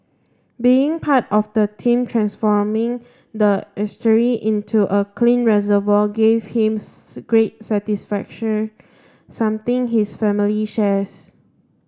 being part of the team transforming the estuary into a clean reservoir gave him great satisfaction something his family shares